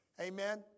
Amen